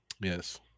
Yes